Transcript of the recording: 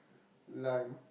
lime